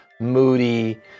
moody